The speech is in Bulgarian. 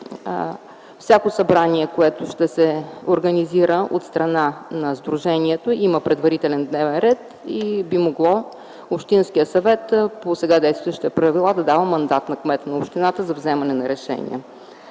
всяко събрание, което ще се организира от страна на сдружението. Има предварителен дневен ред и би могло общинският съвет по сега действащите правила да дава мандат на кмета на общината за вземане на решения.